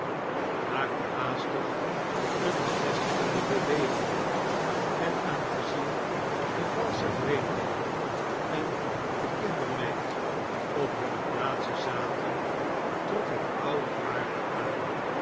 maakte haastig eene bevestigende beweging en aangeziem de valsche vreemdeling en de kindermeid op humie plaatsen zaten took het oude paard aan